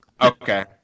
Okay